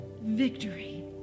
victory